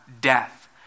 death